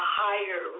higher